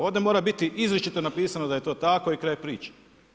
Ovdje mora biti izričito napisano da je to tako i kraj priče.